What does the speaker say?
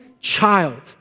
child